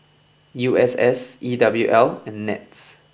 U S S E W L and Nets